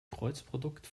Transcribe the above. kreuzprodukt